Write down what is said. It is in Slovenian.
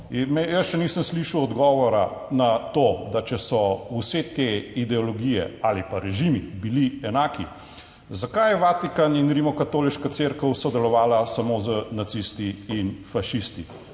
Jaz še nisem slišal odgovora na to, da če so vse te ideologije ali pa režimi bili enaki, zakaj je Vatikan in Rimskokatoliška cerkev sodelovala samo z nacisti in fašisti?